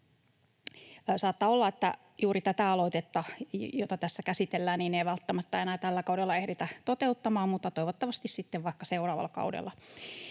Saattaa olla, että juuri tätä aloitetta, jota tässä käsitellään, ei välttämättä enää tällä kaudella ehditä toteuttaa, mutta toivottavasti sitten vaikka seuraavalla kaudella.